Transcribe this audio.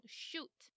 shoot